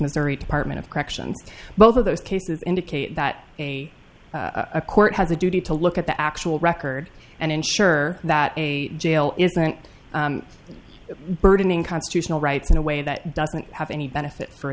missouri department of corrections both of those cases indicate that a a court has a duty to look at the actual record and ensure that a jail isn't burdening constitutional rights in a way that doesn't have any benefit for